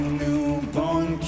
newborn